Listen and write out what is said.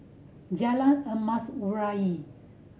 Jalan Emas Urai